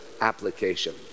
application